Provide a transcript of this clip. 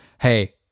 hey